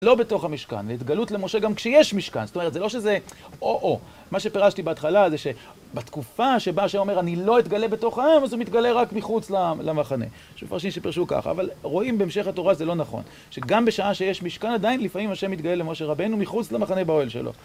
לא בתוך המשכן, ההתגלות למשה גם כשיש משכן, זאת אומרת, זה לא שזה או-או. מה שפרשתי בהתחלה זה שבתקופה שבה ה' אומר אני לא אתגלה בתוך העם, אז הוא מתגלה רק מחוץ למחנה. יש מפרשים שפרשו ככה, אבל רואים בהמשך התורה שזה לא נכון. שגם בשעה שיש משכן עדיין, לפעמים ה' מתגלה למשה רבינו מחוץ למחנה באוהל שלו.